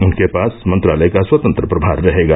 उनके पास मंत्रालय का स्वतंत्र प्रभार रहेगा